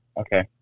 okay